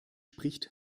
spricht